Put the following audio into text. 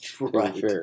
Right